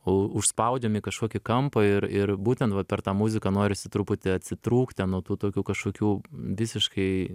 u užspaudžiam į kažkokį kampą ir ir būtent per tą muziką norisi truputį atsitrūkt ten nuo tų tokių kažkokių visiškai